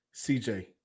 CJ